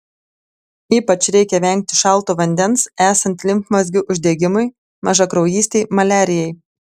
ypač reikia vengti šalto vandens esant limfmazgių uždegimui mažakraujystei maliarijai